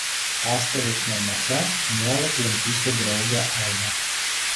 pastoriaus namuose nuolat lankysiu draugę ainą